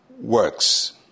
works